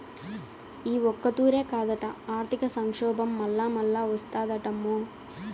ఈ ఒక్కతూరే కాదట, ఆర్థిక సంక్షోబం మల్లామల్లా ఓస్తాదటమ్మో